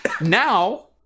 now